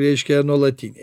reiškia nuolatiniai